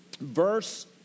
verse